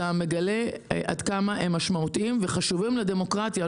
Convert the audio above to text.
אתה מגלה עד כמה הם משמעותיים וחשובים לדמוקרטיה הישראלית,